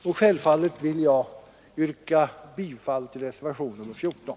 Med det anförda yrkar jag självfallet bifall till reservationen 14.